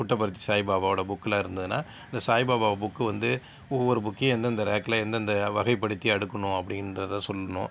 புட்டபர்த்தி சாய்பாபாவோட புக்லாம் இருந்ததுன்னால் இந்த சாய்பாபா புக் வந்து ஒவ்வொரு புக்கையும் எந்தெந்த ரேக்ல எந்தெந்த வகைப்படுத்தி அடுக்கணும் அப்படின்றத சொல்லணும்